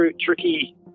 tricky